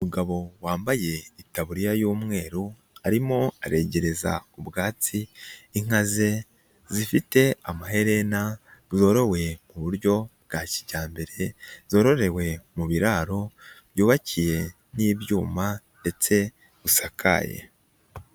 Umugabo wambaye itaburiya y'umweru arimo aregereza ubwatsi inka ze zifite amaherena zorowe mu buryo bwa kijyambere zororewe mu biraro byubakiye n'ibyuma ndetse bisakaye.